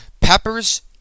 Peppers